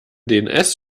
dns